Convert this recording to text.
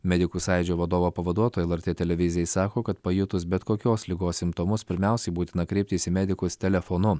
medikų sąjūdžio vadovo pavaduotoja lrt televizijai sako kad pajutus bet kokios ligos simptomus pirmiausiai būtina kreiptis į medikus telefonu